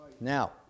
Now